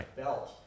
belt